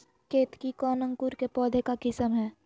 केतकी कौन अंकुर के पौधे का किस्म है?